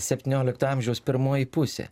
septyniolikto amžiaus pirmoji pusė